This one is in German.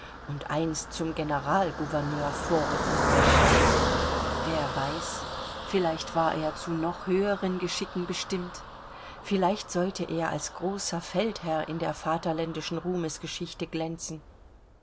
und einst zum generalgouverneur vorrücken würde wer weiß vielleicht war er zu noch höheren geschicken bestimmt vielleicht sollte er als großer feldherr in der vaterländischen ruhmesgeschichte glänzen